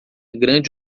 grande